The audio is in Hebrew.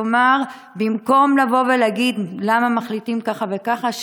כלומר במקום לבוא ולהגיד: למה מחליטים ככה וככה,